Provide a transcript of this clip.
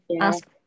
ask